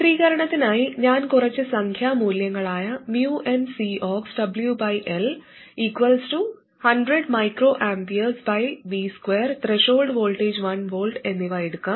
ചിത്രീകരണത്തിനായി ഞാൻ കുറച്ച് സംഖ്യാ മൂല്യങ്ങളായ nCox 100 µA V2 threshold voltage 1 V എന്നിവ എടുക്കാം